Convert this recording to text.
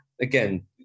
Again